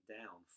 down